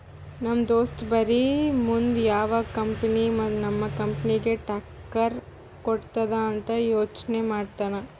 ನಮ್ ದೋಸ್ತ ಬರೇ ಮುಂದ್ ಯಾವ್ ಕಂಪನಿ ನಮ್ ಕಂಪನಿಗ್ ಟಕ್ಕರ್ ಕೊಡ್ತುದ್ ಅಂತ್ ಯೋಚ್ನೆ ಮಾಡ್ತಾನ್